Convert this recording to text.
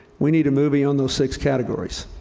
we need a movie on those six categories.